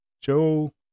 Joe